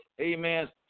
amen